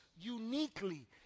uniquely